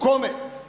Kome?